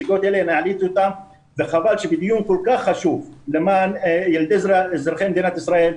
העליתי אותם וחבל שבדיון כל כך חשוב למען ילדים אזרחי מדינת ישראל,